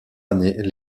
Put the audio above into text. année